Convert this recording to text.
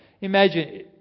imagine